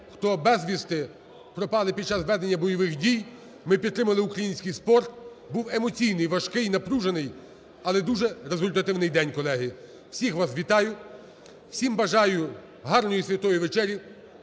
хто безвісти пропали під час ведення бойових дій. Ми підтримали український спорт. Був емоційний, важкий і напружений, але дуже результативний день, колеги. Всіх вас вітаю, всім бажаю гарної святої вечері,